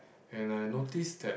and I noticed that